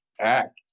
act